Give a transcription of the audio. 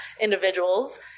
individuals